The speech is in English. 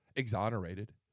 exonerated